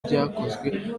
byakozwe